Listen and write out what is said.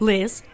Liz